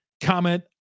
comment